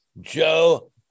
Joe